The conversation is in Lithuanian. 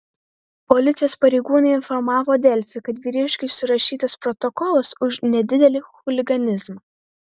policijos pareigūnai informavo delfi kad vyriškiui surašytas protokolas už nedidelį chuliganizmą